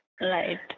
Right